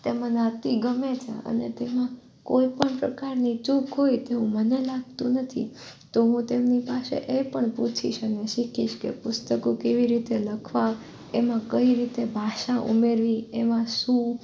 તે મને અતિ ગમે છે અને તેમાં કોઈ પણ પ્રકારની ચૂક હોય તેવું મને લાગતું નથી તો હું તેમની પાસે એ પણ પૂછીશ અને શીખીશ કે પુસ્તકો કેવી રીતે લખવા એમાં કઈ રીતે ભાષા ઉમેરવી એમાં શું